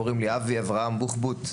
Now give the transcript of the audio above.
קוראים לי אבי אברהם בוחבוט,